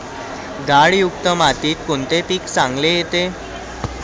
गाळयुक्त मातीत कोणते पीक चांगले येते?